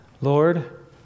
Lord